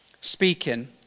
speaking